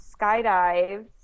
skydives